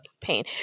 pain